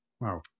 Wow